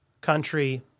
country